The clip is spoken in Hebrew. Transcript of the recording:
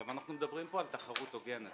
עכשיו אנחנו מדברים פה על תחרות הוגנת.